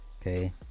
Okay